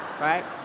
right